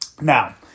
Now